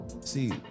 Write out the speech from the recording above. see